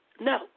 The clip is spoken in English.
no